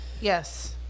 Yes